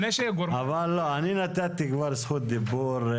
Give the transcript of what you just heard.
אני נתתי זכות דיבור.